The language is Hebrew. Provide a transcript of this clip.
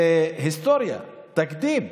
זה היסטוריה, תקדים,